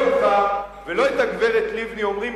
לא אותך ולא את הגברת לבני אומרים,